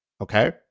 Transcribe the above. okay